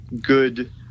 good